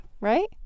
right